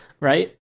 right